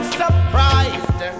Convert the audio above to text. surprised